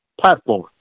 platform